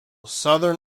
southern